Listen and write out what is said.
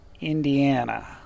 Indiana